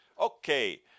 Okay